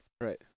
right